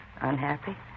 Unhappy